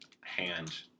hand